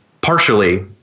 partially